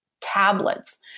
tablets